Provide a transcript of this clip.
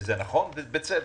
וזה נכון בצדק.